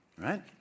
right